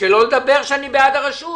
שלא לדבר על זה שאני בעד הרשות.